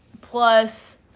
plus